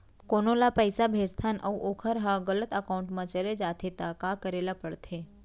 कोनो ला पइसा भेजथन अऊ वोकर ह गलत एकाउंट में चले जथे त का करे ला पड़थे?